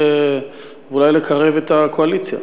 ואולי לקרב את הקואליציה,